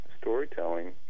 Storytelling